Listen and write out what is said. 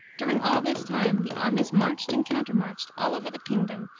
during all this time the armies marched and countermarched all over the kingdom,